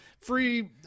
free